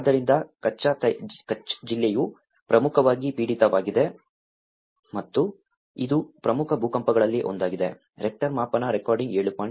ಆದ್ದರಿಂದ ಕಚ್ ಜಿಲ್ಲೆಯು ಪ್ರಮುಖವಾಗಿ ಪೀಡಿತವಾಗಿದೆ ಮತ್ತು ಇದು ಪ್ರಮುಖ ಭೂಕಂಪಗಳಲ್ಲಿ ಒಂದಾಗಿದೆರೆಕ್ಟರ್ ಮಾಪನ ರೆಕಾರ್ಡಿಂಗ್ 7